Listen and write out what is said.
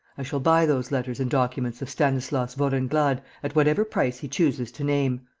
i shall buy those letters and documents of stanislas vorenglade at whatever price he chooses to name.